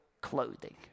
clothing